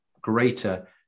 greater